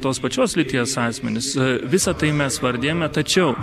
tos pačios lyties asmenis visa tai mes vardijame tačiau